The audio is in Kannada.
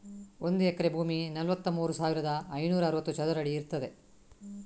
ಒಂದು ಎಕರೆ ಭೂಮಿ ನಲವತ್ತಮೂರು ಸಾವಿರದ ಐನೂರ ಅರವತ್ತು ಚದರ ಅಡಿ ಇರ್ತದೆ